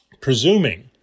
presuming